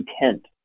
intent